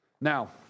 Now